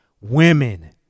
women